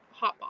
hotbox